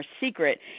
secret